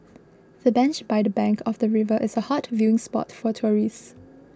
the bench by the bank of the river is a hot viewing spot for tourists